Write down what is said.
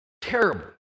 Terrible